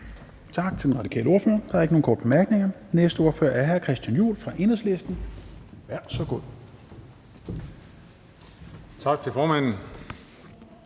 Tak til den radikale ordfører. Der er ikke nogen korte bemærkninger. Den næste ordfører er hr. Christian Juhl fra Enhedslisten. Værsgo. Kl.